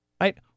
Right